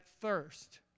thirst